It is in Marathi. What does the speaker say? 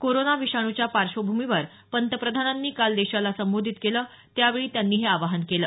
कोरोना विषाणूच्या पार्श्वभूमीवर पंतप्रधानांनी काल देशाला संबोधित केलं त्यावेळी त्यांनी हे आवाहन केलं